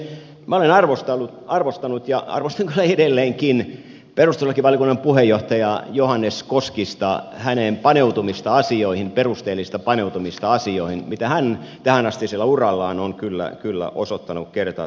minä olen arvostanut ja arvostan kyllä edelleenkin perustuslakivaliokunnan puheenjohtajaa johannes koskista hänen paneutumistaan asioihin perusteellista paneutumista asioihin mitä hän tähänastisella urallaan on kyllä osoittanut kerta toisensa jälkeen